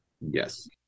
yes